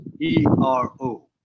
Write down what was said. E-R-O